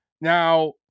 Now